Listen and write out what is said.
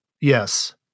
Yes